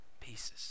pieces